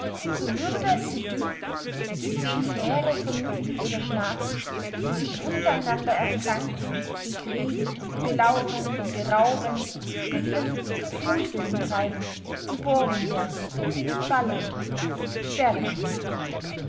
so würd es sie dünken sie sehen heere von mücken oder schnaken die sich unter einander erzanken bekriegen belauren berauben spielen muthwillen treiben gebohren werden fallen sterben